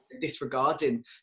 disregarding